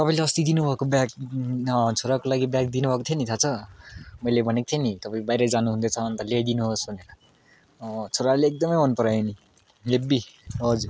तपाईँले अस्ति दिनुभएको ब्याग छोराको लागि ब्याग दिनुभएको थियो नि थाहा छ मैले भनेको थिएँ नि तपाईँ बाहिर जानुहुँदैछ अन्त ल्याइदिनुहोस् भनेर अँ छोराले एकदमै मन परायो नि हेभी हजुर